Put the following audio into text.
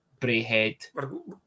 Brayhead